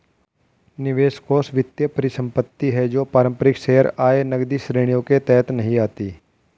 निवेश कोष वित्तीय परिसंपत्ति है जो पारंपरिक शेयर, आय, नकदी श्रेणियों के तहत नहीं आती